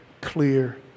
clear